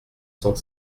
cent